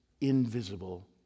invisible